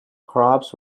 crops